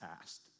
asked